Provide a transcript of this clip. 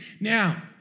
Now